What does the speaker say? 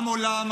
עם עולם,